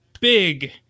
big